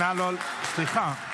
סליחה.